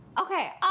Okay